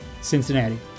Cincinnati